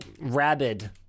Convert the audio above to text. rabid